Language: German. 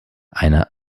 eine